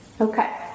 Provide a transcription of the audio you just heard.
Okay